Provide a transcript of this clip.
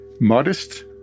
modest